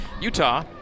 Utah